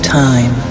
time